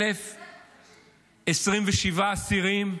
1,027 אסירים,